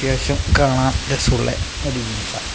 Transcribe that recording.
അത്യാവശ്യം കാണാൻ രസമുള്ള ഒരു ജീൻസാണ്